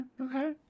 okay